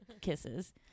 Kisses